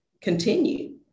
continue